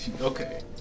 Okay